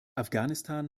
afghanistan